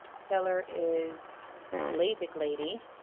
seller is lasik lady